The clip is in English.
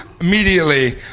Immediately